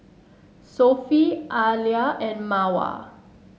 Sofea Alya and Mawar